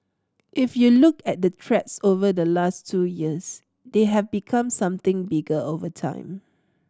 if you look at the threats over the last two years they have become something bigger over time